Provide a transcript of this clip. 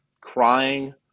crying